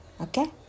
Okay